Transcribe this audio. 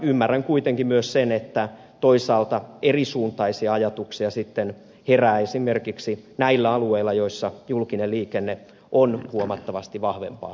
ymmärrän kuitenkin myös sen että toisaalta erisuuntaisia ajatuksia sitten herää esimerkiksi näillä alueilla joilla julkinen liikenne on huomattavasti vahvempaa tänäkin päivänä